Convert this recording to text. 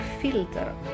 filter